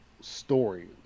story